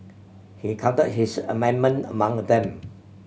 he count his amendment among them